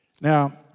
Now